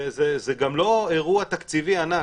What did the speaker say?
זה גם לא אירוע תקציבי ענק,